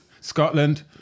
Scotland